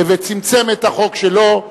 וצמצם את החוק שלו,